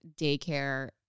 daycare